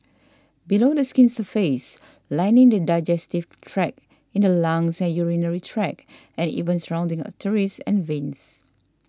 below the skin's surface lining the digestive tract in the lungs and urinary tract and even surrounding arteries and veins